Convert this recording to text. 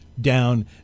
down